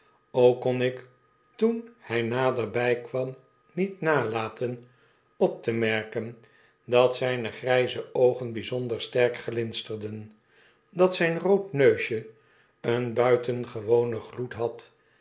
ook kon ik toen hy naderbij kwam niet nalaten op te merken dat zyne gryze oogen byzonder sterk glinsterden dat zyn rood neusje een buitengewonen gloedhad